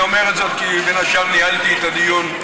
אני אומר זאת כי בין השאר ניהלתי את הדיון,